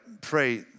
pray